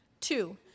Two